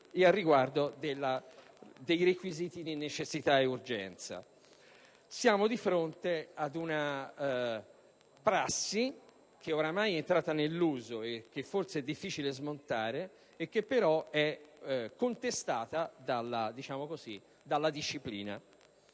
dei decreti e i requisiti di necessità e di urgenza. Siamo di fronte ad una prassi ormai entrata nell'uso, che ora forse è difficile smontare, ma che è contestata dalla disciplina.